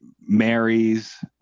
Marries